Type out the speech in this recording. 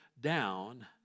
down